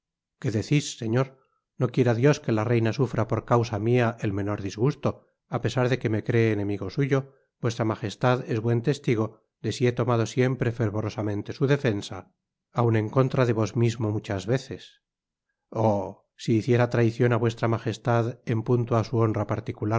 que decis señor no quiera dios que la reina sufra por causa mia el menor disgusto á pesar de que me cree enemigo suyo vuestra magestad es buen testigo de si he tomado siempre fervorosamente su defensa aun en con tra de vos mismo muchas veces oh si hiciera traicion á vuestra magestad en punto á su honra